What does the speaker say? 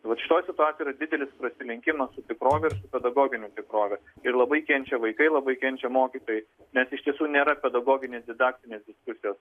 vat šitoj situacijoj yra didelis prasilenkimas su tikrove ir su pedagogine tikrove ir labai kenčia vaikai labai kenčia mokytojai nes iš tiesų nėra pedagoginės didaktinės diskusijos